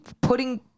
putting